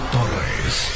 Torres